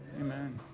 Amen